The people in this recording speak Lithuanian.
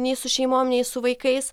nei su šeimom nei su vaikais